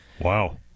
Wow